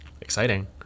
Exciting